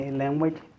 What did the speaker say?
language